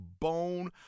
Bone